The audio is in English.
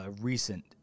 recent